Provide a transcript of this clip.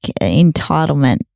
entitlement